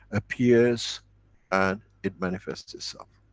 appears and it manifests itself.